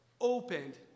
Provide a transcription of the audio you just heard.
opened